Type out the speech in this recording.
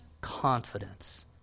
confidence